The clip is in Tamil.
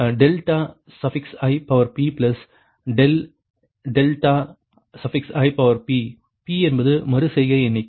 i∆ip என்பது மறு செய்கை எண்ணிக்கை